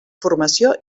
formació